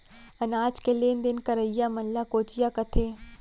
अनाज के लेन देन करइया मन ल कोंचिया कथें